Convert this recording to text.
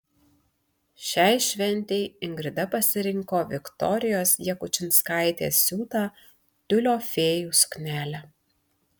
šiai šventei ingrida pasirinko viktorijos jakučinskaitės siūtą tiulio fėjų suknelę